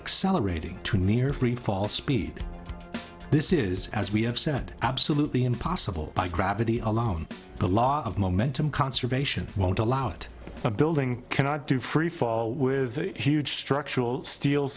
accelerating to near free fall speed this is as we have said absolutely impossible by gravity alone the law of momentum conservation won't allow it the building cannot do freefall with huge structural steel